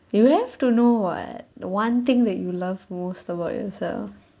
you have to know what one thing that you love most about yourself